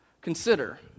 Consider